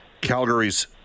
Calgary's